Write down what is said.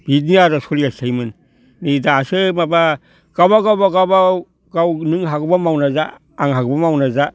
बिदि आरो सोलिबाय थायोमोन नै दासो माबा गावबा गाव गावबा गाव नों हागौब्ला मावना जा आं हागौ मावना जा